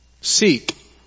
Seek